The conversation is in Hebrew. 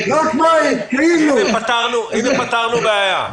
הנה פתרנו בעיה.